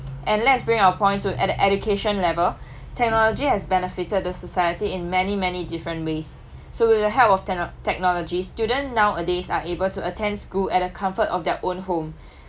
and let's bring our point to at the education level technology has benefited the society in many many different ways so with the help of techno~ technology student nowadays are able to attend school at the comfort of their own home